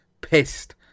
pissed